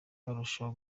barushaho